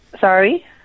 Sorry